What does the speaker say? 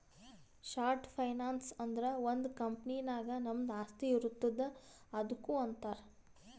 short finance ಅಂದುರ್ ಒಂದ್ company ನಾಗ್ ನಮ್ದು ಆಸ್ತಿ ಇರ್ತುದ್ ಅದುಕ್ಕ ಅಂತಾರ್